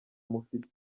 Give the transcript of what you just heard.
mufite